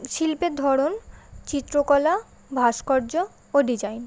শিল্পের ধরন চিত্রকলা ভাস্কর্য ও ডিজাইন